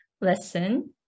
lesson